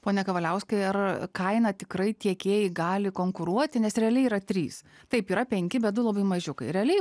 pone kavaliauskai ar kaina tikrai tiekėjai gali konkuruoti nes realiai yra trys taip yra penki bet du labai mažiukai realiai